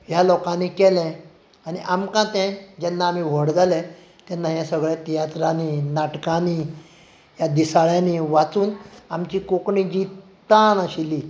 ह्या लोकांनी केलें आनी आमकां तें जेन्ना आमी व्हड जाले तेन्ना हें सगलें तियात्रांनी नाटकांनी ह्या दिसाळ्यांनी वाचून आमची कोंकणीची जी तान आशिल्ली